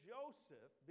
Joseph